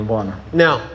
Now